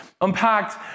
unpacked